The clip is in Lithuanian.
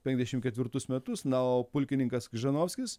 penkiasdešim ketvirtus metus na o pulkininkas kryžanovskis